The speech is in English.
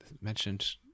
mentioned